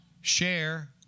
share